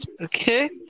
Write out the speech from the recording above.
Okay